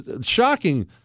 shocking